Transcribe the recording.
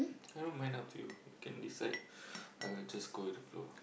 I don't mind up to you you can decide I will just go with the flow